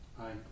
hi